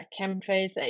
chemtrails